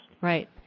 Right